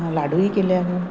लाडूय केल्या